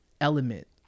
element